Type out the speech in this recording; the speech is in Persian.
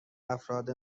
افراد